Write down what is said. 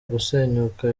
gusenyuka